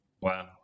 wow